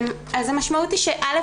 אז המשמעות היא שא.